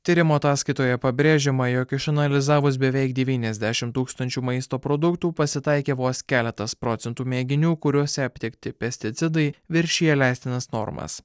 tyrimo ataskaitoje pabrėžiama jog išanalizavus beveik devyniasdešimt tūkstančių maisto produktų pasitaikė vos keletas procentų mėginių kuriuose aptikti pesticidai viršija leistinas normas